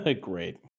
great